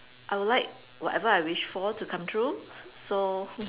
I would like whatever I wish for to come true so